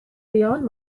beyond